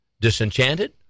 disenchanted